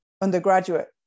undergraduate